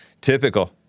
Typical